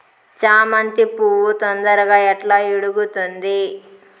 చామంతి పువ్వు తొందరగా ఎట్లా ఇడుగుతుంది?